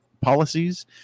policies